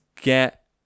get